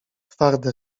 twarde